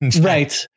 Right